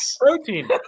Protein